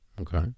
Okay